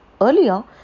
Earlier